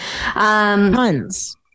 tons